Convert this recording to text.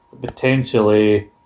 Potentially